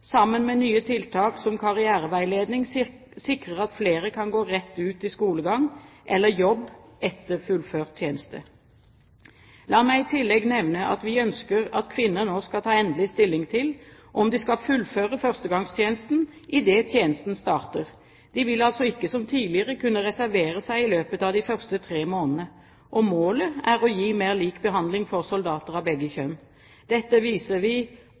sammen med nye tiltak som karriereveiledning sikrer at flere kan gå rett ut i skolegang eller i jobb etter fullført tjeneste. La meg i tillegg nevne at vi ønsker at kvinner nå skal ta endelig stilling til om de skal fullføre førstegangstjenesten idet tjenesten starter. De vil altså ikke som tidligere kunne reservere seg i løpet av de første tre månedene. Målet er å gi mer lik behandling for soldater av begge kjønn. Dette viser at vi